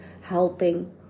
helping